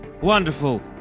wonderful